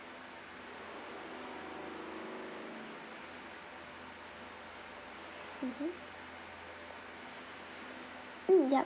mmhmm mm yup